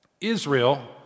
Israel